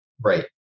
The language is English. Right